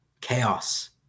chaos